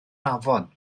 afon